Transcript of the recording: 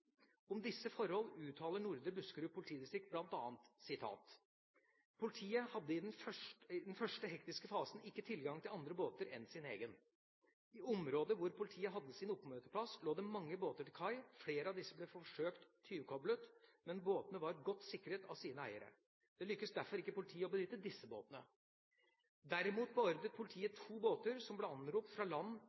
Om disse forhold uttaler Nordre Buskerud politidistrikt bl.a.: «Politiet hadde i den første hektiske fasen ikke tilgang til andre båter enn sin egen. I området hvor politiet hadde sin oppmøteplass lå det mange båter til kai, flere av disse forsøkt «tyvkoblet», men båtene var godt sikret av sine eiere. Det lykkes derfor ikke politiet å benytte disse båtene. Derimot beordret politiet to båter, som ble anropt fra